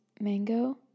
Mango